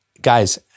guys